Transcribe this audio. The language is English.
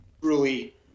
truly